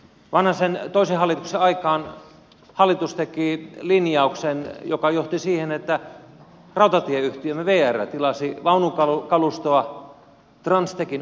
vanhasen toisen hallituksen aikaan hallitus teki linjauksen joka johti siihen että rautatieyhtiömme vr tilasi vaunukalustoa transtechin otanmäestä